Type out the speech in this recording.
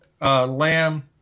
Lamb